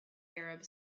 arab